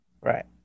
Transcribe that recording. Right